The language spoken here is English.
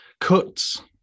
cuts